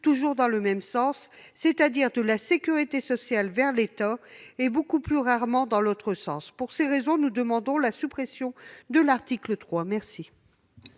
toujours dans le même sens, de la sécurité sociale vers l'État, et beaucoup plus rarement dans l'autre sens. Pour ces raisons nous demandons la suppression de l'article 3. Quel